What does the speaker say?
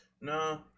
No